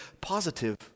positive